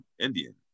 indian